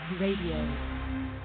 Radio